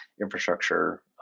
infrastructure